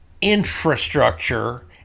infrastructure